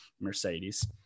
Mercedes